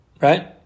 Right